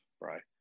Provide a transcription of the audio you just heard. right